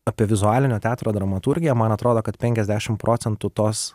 apie vizualinio teatro dramaturgiją man atrodo kad penkiasdešim procentų tos